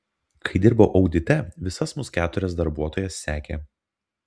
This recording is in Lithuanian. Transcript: kai dirbau audite visas mus keturias darbuotojas sekė